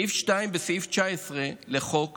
בסעיף 2 ובסעיף 19 לחוק